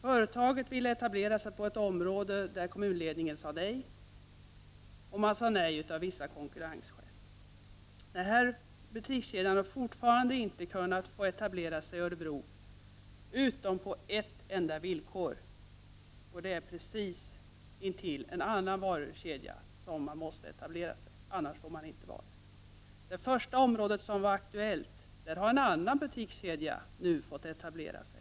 Företaget ville etablera sig på ett område där kommunledningen sade nej. Man sade nej av vissa konkurrensskäl. Men denna butikskedja har fortfarande inte kunnat etablera sig i Örebro, utom på ett enda villkor, nämligen att den skall etablera sig alldeles intill en annan varuhuskedja. Annars får man inte göra det. I det område som först var aktuellt har en annan butikskedja fått etablera sig.